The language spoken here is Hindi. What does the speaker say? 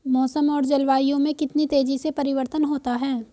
मौसम और जलवायु में कितनी तेजी से परिवर्तन होता है?